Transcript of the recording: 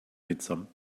mitsamt